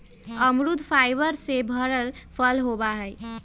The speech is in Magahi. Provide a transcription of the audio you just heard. अमरुद फाइबर से भरल फल होबा हई